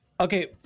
Okay